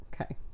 okay